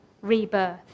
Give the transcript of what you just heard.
rebirth